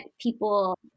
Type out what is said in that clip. people